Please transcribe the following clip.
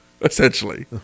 Essentially